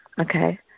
Okay